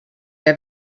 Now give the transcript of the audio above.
der